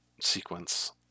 sequence